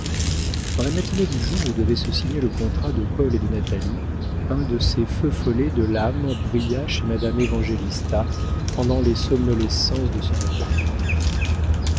dans la matinée du jour où devait se signer le contrat de paul et de natalie un de ces feux follets de l'âme brilla chez madame évangélista pendant les somnolescences de son réveil